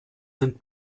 sind